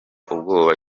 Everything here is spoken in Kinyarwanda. ubwoba